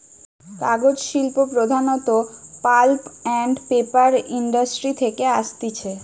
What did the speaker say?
কাগজ শিল্প প্রধানত পাল্প আন্ড পেপার ইন্ডাস্ট্রি থেকে আসতিছে